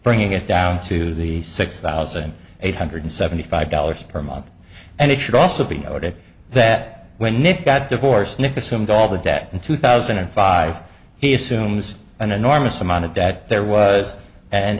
bring it down to the six thousand eight hundred seventy five dollars per month and it should also be noted that when it got divorced nick assumed all the debt in two thousand and five he assumes an enormous amount of debt there was an